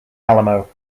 alamo